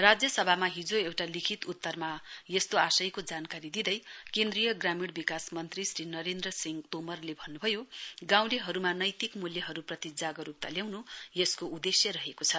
राज्यसभामा हिजो एउटा लिखित उत्तरमा यस्तो आशयको जानकारी दिँदै केन्द्रीय ग्रामीण विकास मन्त्री श्री नरेन्द्र सिंह तोमरले भन्नुभयो गाउँलेहरुमा नैतिक मूल्यहरुप्रति जागरुकता ल्याउनु यसको उदेश्य रहेके छ